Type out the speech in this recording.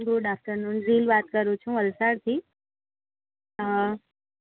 good afternoon Zeel વાત કરું છું વલસાડથી અહ